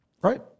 Right